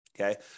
Okay